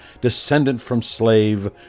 descendant-from-slave